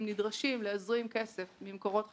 הם נדרשים להזרים כסף ממקורות חיצוניים.